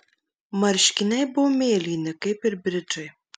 marškiniai buvo mėlyni kaip ir bridžai